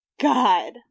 God